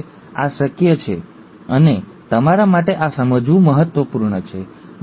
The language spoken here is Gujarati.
હવે આ શક્ય છે અને તમારા માટે આ સમજવું મહત્વપૂર્ણ છે